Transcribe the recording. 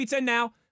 now